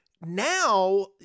now